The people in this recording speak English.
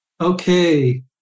Okay